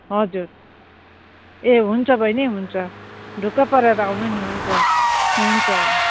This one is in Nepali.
हजुर ए हुन्छ बहिनी हुन्छ ढुक्क परेर आउनु नि हुन्छ हुन्छ हुन्छ